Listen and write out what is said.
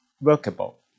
workable